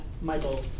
Michael